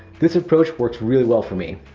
this approach works really well for me.